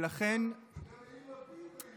גם יאיר לפיד לא הגיב והוא לא יגיב.